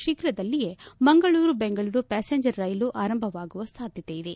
ಶೀಘ್ರದಲ್ಲಿಯೇ ಮಂಗಳೂರು ಬೆಂಗಳೂರು ಪ್ಲಾಸೆಂಜರ್ ರೈಲು ಆರಂಭ ಆಗುವ ಸಾಧ್ಯತೆ ಇದೆ